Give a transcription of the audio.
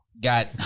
got